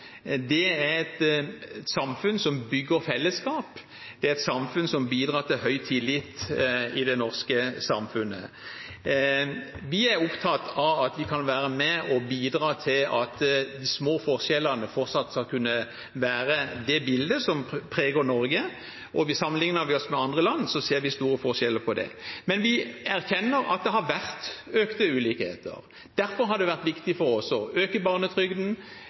er små, er et samfunn som bygger fellesskap. Det er et samfunn som bidrar til høy tillit i det norske samfunnet. Vi er opptatt av at å kunne være med og bidra til at de små forskjellene fortsatt skal kunne være det bildet som preger Norge, og sammenlikner vi oss med andre land, ser vi store forskjeller på det. Men vi erkjenner at det har vært økte ulikheter. Derfor har det vært viktig for oss å øke barnetrygden,